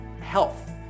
health